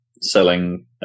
selling